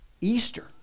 Easter